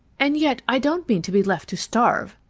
and yet, i don't mean to be left to starve.